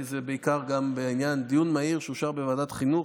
כי זה בעיקר בעניין דיון מהיר שאושר בוועדת חינוך.